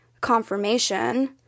confirmation